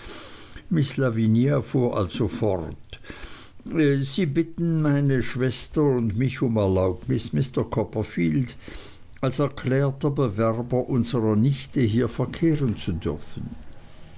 miß lavinia fuhr also fort sie bitten meine schwester und mich um erlaubnis mr copperfield als erklärter bewerber unserer nichte hier verkehren zu dürfen